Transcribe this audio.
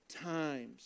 times